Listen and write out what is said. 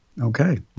Okay